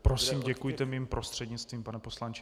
Prosím děkujte mým prostřednictvím, pane poslanče.